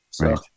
Right